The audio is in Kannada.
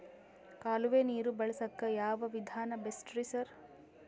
ಕಾಲುವೆ ನೀರು ಬಳಸಕ್ಕ್ ಯಾವ್ ವಿಧಾನ ಬೆಸ್ಟ್ ರಿ ಸರ್?